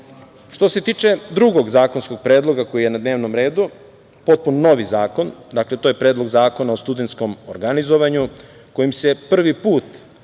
se tiče drugog zakonskog predloga koji je na dnevnom redu, potpuno novi zakon. To je Predlog zakona o studentskom organizovanju kojim se prvi put